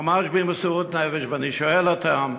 ממש במסירות נפש, ואני שואל אותם: